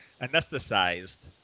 anesthetized